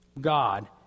God